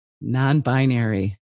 non-binary